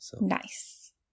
Nice